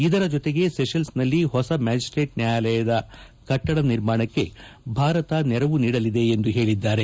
ಇದರ ಜೊತೆಗೆ ಸೆಷಲ್ನಲ್ಲಿ ಹೊಸ ಮ್ಯಾಜ್ನೇಟ್ ನ್ಗಾಯಾಲಯದ ಕಟ್ಟಡ ನಿರ್ಮಾಣಕ್ಕೆ ಭಾರತ ನೆರವು ನೀಡಲಿದೆ ಎಂದು ಹೇಳಿದ್ದಾರೆ